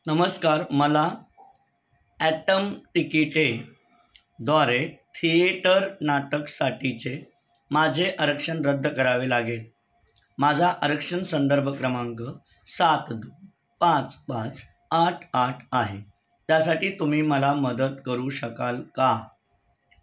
नमस्कार मला ॲटम तिकिटे द्वारे थिएटर नाटकासाठीचे माझे आरक्षण रद्द करावे लागेल माझा आरक्षण संदर्भ क्रमांक सात दोन पाच पाच आठ आठ आहे त्यासाठी तुम्ही मला मदत करू शकाल का